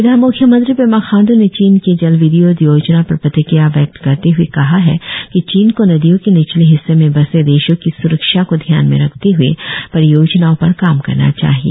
इधर म्ख्यमंत्री पेमा खांडू ने चीन के जलविद्यूत योजना पर प्रतिक्रिया व्यक्त करते हुए कहा है कि चीन को नदियों के निचले हिस्सों में बसे देशों की स्रक्षा को ध्यान में रखते हुए परियोजनाओं पर काम करना चाहिए